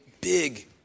big